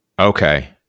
Okay